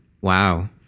Wow